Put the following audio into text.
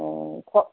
অ ক